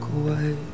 away